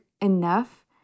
enough